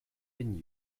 been